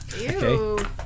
Ew